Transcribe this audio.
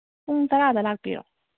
ꯄꯨꯡ ꯇꯔꯥꯗ ꯂꯥꯛꯄꯤꯌꯣ